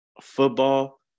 football